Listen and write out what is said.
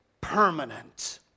permanent